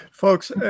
Folks